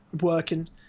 Working